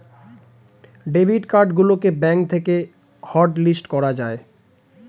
debit card গুলোকে bank থেকে hotlist করা যায়